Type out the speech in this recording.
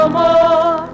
more